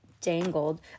dangled